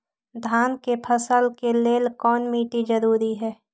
धान के फसल के लेल कौन मिट्टी जरूरी है?